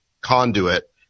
conduit